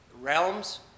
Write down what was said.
realms